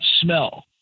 smell